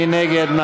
מי נגד?